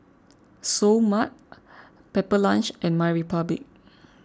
Seoul Mart Pepper Lunch and MyRepublic